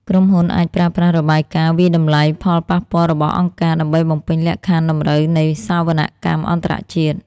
ក្រុមហ៊ុនអាចប្រើប្រាស់របាយការណ៍វាយតម្លៃផលប៉ះពាល់របស់អង្គការ ដើម្បីបំពេញលក្ខខណ្ឌតម្រូវនៃសវនកម្មអន្តរជាតិ។